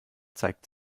zeigt